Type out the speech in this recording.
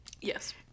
Yes